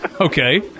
Okay